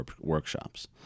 workshops